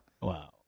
wow